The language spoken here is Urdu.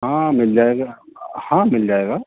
ہاں مل جائے گا ہاں مل جائے گا